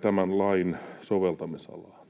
tämän lain soveltamisalaan?